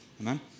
Amen